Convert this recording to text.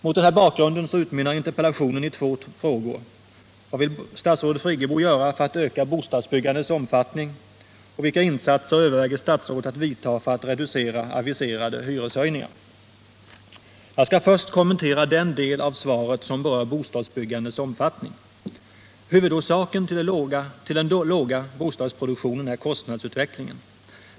Mot den här bakgrunden utmynnar interpellationen i två frågor: Jag skall först kommentera den del av svaret som berör bostadsbyggandets omfattning. Huvudorsaken till den låga bostadsproduktionen är kostnadsutvecklingen.